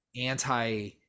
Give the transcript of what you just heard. anti